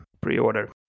pre-order